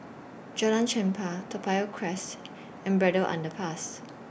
Jalan Chempah Toa Payoh Crest and Braddell Underpass